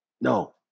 No